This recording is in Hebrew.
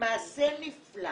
מעשה נפלא,